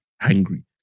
angry